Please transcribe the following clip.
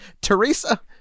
Teresa